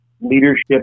leadership